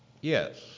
yes